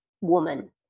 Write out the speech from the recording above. woman